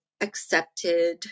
accepted